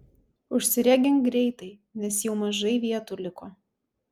užsiregink greitai nes jau mažai vietų liko